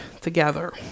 together